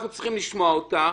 אנחנו צריכים לשמוע אותה.